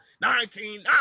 Nineteen